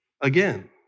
again